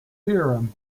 theorem